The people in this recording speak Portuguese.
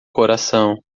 coração